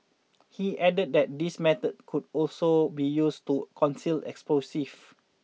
he added that these methods could also be used to conceal explosives